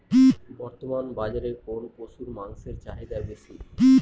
বর্তমান বাজারে কোন পশুর মাংসের চাহিদা বেশি?